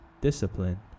discipline